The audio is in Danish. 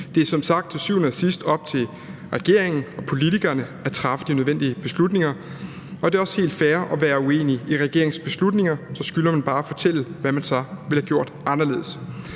Det er som sagt til syvende og sidst op til regeringen og politikerne at træffe de nødvendige beslutninger, og det er også helt fair at være uenig i regeringens beslutninger. Så skylder man bare at fortælle, hvad man så ville have gjort anderledes.